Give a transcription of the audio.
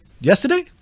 yesterday